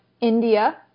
India